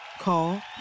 Call